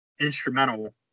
instrumental